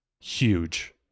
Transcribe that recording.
huge